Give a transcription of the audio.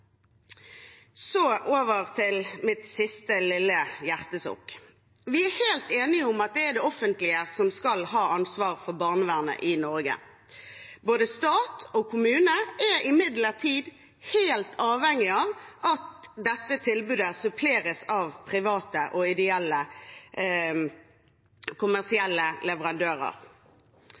Så over til mitt siste lille hjertesukk: Vi er helt enige om at det er det offentlige som skal ha ansvaret for barnevernet i Norge. Både stat og kommune er imidlertid helt avhengige av at dette tilbudet suppleres av private, ideelle og kommersielle leverandører.